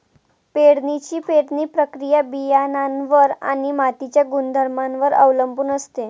पेरणीची पेरणी प्रक्रिया बियाणांवर आणि मातीच्या गुणधर्मांवर अवलंबून असते